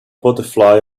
butterfly